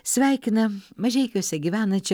sveikina mažeikiuose gyvenančią